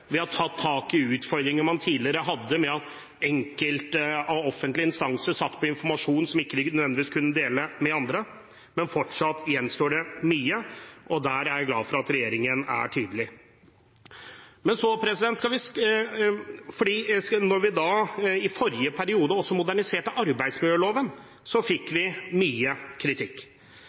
vi har tatt tak i utfordringer man tidligere hadde med at enkelte offentlige instanser satt på informasjon som de ikke nødvendigvis kunne dele med andre. Men fortsatt gjenstår det mye, og der er jeg glad for at regjeringen er tydelig. Da vi i forrige periode også moderniserte arbeidsmiljøloven, fikk vi mye kritikk.